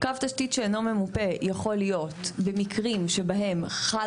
קו תשתית שאינו ממופה יכול להיות במקרים שבהם חלה